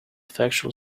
factual